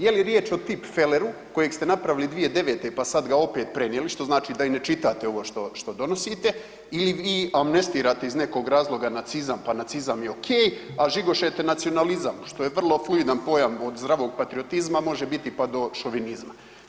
Je li riječ o tipfeleru kojeg ste napravili 2009., pa ga sad opet prenijeli, što znači da i ne čitate ovo što, što donosite ili vi amnestirate iz nekog razloga nacizam, pa nacizam je ok, a žigošete nacionalizam, što je vrlo fluidan pojam od zdravog patriotizma može biti pa do šovinizma.